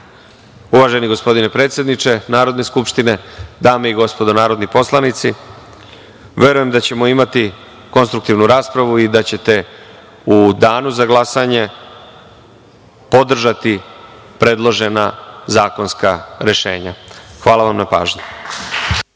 gospodine predsedniče Narodne skupštine, dame i gospodo narodni poslanici, verujem da ćemo imati konstruktivnu raspravu i da ćete u danu za glasanje podržati predložena zakonska rešenja. Hvala vam na pažnji.